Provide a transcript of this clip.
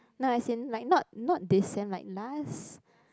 like as in like not not recent like last